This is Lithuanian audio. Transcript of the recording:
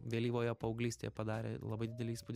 vėlyvoje paauglystėje padarė labai didelį įspūdį